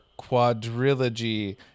quadrilogy